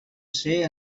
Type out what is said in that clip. ser